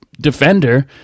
defender